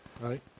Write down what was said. right